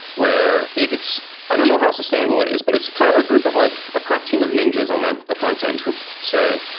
where it's i don't know how sustainable it is, but it's kind of a group of like a crack team of ninjas on the the frontend who say,